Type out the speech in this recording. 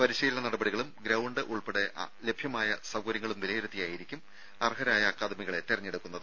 പരിശീലന നടപടികളും ഗ്രൌണ്ട് ഉൾപ്പെടെ ലഭ്യമായ സൌകര്യങ്ങളും വിലയിരുത്തിയായിരിക്കും അർഹരായ അക്കാദമികളെ തെരഞ്ഞെടുക്കുന്നത്